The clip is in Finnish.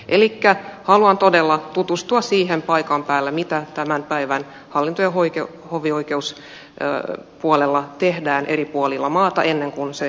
elikkä haluan todella tutustua siihen paikan päällä mitä tämän päivän hallinto ja hovioikeuspuolella tehdään eri puolilla maata ennen kuin se päätös tehdään